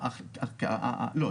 לא,